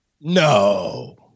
No